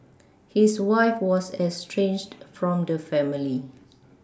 his wife was estranged from the family